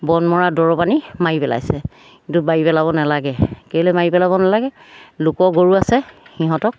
বন মৰা দৰব পানী মাৰি পেলাইছে কিন্তু মাৰি পেলাব নালাগে কেলৈ মাৰি পেলাব নালাগে লোকৰ গৰু আছে সিহঁতক